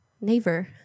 Neighbor